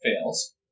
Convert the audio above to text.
fails